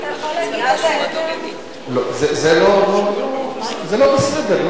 לא, זה לא בסדר.